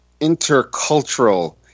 intercultural